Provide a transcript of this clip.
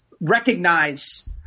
recognize